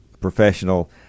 professional